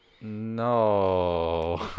No